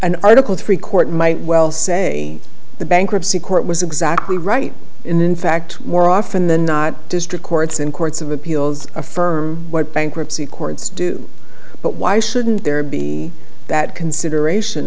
an article three court might well say the bankruptcy court was exactly right in fact more often than not district courts and courts of appeals a fur what bankruptcy courts do but why shouldn't there be that consideration